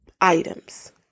items